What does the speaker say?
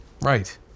Right